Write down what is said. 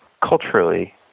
culturally